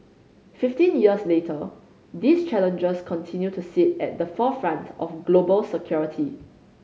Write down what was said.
fifteen years later these challenges continue to sit at the forefront of global security